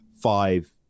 five